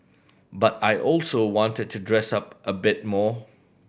but I also wanted to dress up a bit more